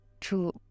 true